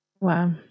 Wow